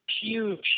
huge